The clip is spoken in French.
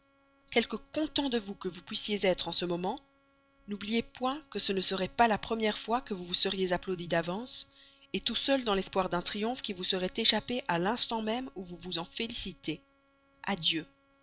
quelque content de vous que vous puissiez être en ce moment n'oubliez point que ce ne serait pas la première fois que vous vous seriez applaudi d'avance tout seul dans l'espoir d'un triomphe qui vous échappait à l'instant même où vous vous en félicitiez adieu